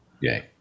yay